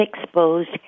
exposed